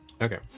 Okay